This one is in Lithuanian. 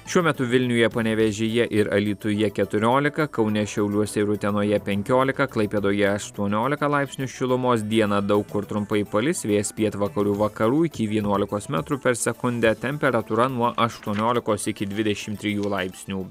šiuo metu vilniuje panevėžyje ir alytuje keturiolika kaune šiauliuose ir utenoje penkiolika klaipėdoje aštuoniolika laipsnių šilumos dieną daug kur trumpai palis vėjas pietvakarių vakarų iki vienuolikos metrų per sekundę temperatūra nuo aštuoniolikos iki dvidešim trijų laipsnių